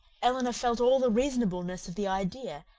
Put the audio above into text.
elinor felt all the reasonableness of the idea,